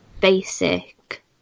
basic